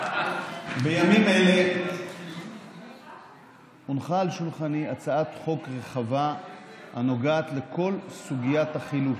בימים אלה הונחה על שולחני הצעת חוק רחבה הנוגעת לכל סוגיית החילוט,